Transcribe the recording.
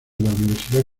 universidad